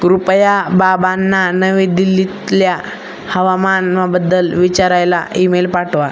कृपया बाबांना नवी दिल्लीतल्या हवामानाबद्दल विचारायला इमेल पाठवा